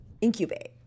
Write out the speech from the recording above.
incubate